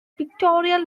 pictorial